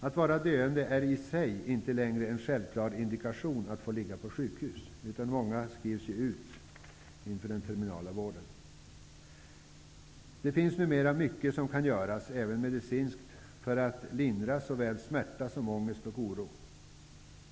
Att vara döende är i sig inte längre en självklar indikation för att få ligga på sjukhus, utan många skrivs ut inför den terminala vården. Det finns numera mycket som kan göras även medicinskt för att lindra såväl smärta som ångest och oro.